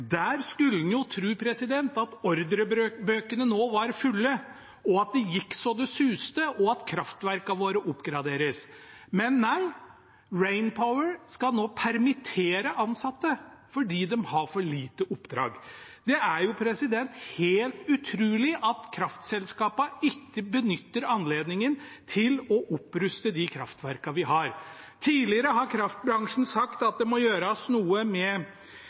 Der skulle en jo tro at ordrebøkene nå var fulle, at det gikk så det suste, og at kraftverkene våre oppgraderes. Men nei, Rainpower skal nå permittere ansatte fordi de har for få oppdrag. Det er helt utrolig at kraftselskapene ikke benytter anledningen til å oppruste de kraftverkene vi har. Tidligere har kraftbransjen sagt at det må gjøres noe med